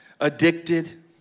addicted